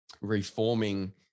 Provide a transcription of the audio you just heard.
reforming